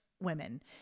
women